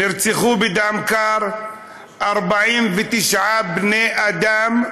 נרצחו בדם קר 49 בני אדם,